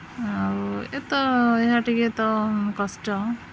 ଆଉ ଏ ତ ଏହା ଟିକିଏ ତ କଷ୍ଟ